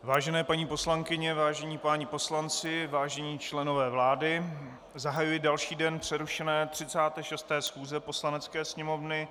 Vážené paní poslankyně, vážení páni poslanci, vážení členové vlády, zahajuji další den přerušené 36. schůze Poslanecké sněmovny.